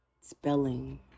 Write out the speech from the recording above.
spelling